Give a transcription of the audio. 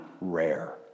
rare